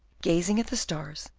gazing at the stars,